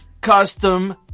custom